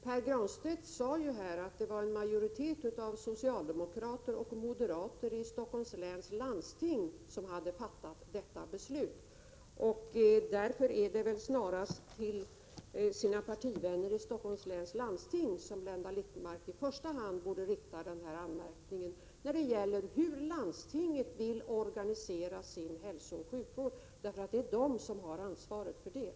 Pär Granstedt sade ju här att det var en majoritet av socialdemokrater och moderater i Stockholms läns landsting som hade fattat detta beslut. Därför är det väl i första hand till sina partivänner i Stockholms läns landsting som Blenda Littmarck borde rikta anmärkningen mot hur landstinget vill organisera sin hälsooch sjukvård — det är landstingen som har ansvaret för den.